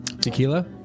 Tequila